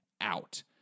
out